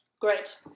Great